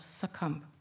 succumb